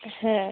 হ্যাঁ